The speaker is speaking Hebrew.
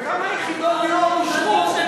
וכמה יחידות דיור אושרו?